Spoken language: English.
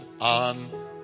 on